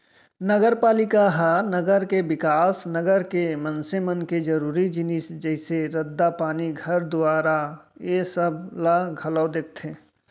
नगरपालिका ह नगर के बिकास, नगर के मनसे मन के जरुरी जिनिस जइसे रद्दा, पानी, घर दुवारा ऐ सब ला घलौ देखथे